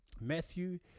Matthew